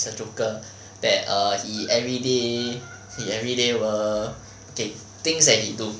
is a joker that err he everyday he everyday err K things that he do